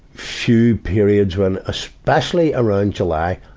few periods when, especially around july,